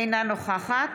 אינה נוכחת